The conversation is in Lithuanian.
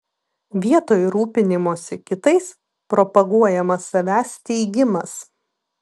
vietoj rūpinimosi kitais propaguojamas savęs teigimas